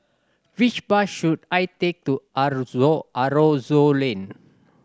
which bus should I take to Aroozoo Aroozoo Lane